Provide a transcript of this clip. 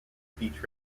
speech